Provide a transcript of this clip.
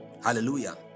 Hallelujah